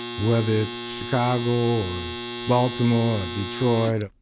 whether it's chicago or baltimore or detroit,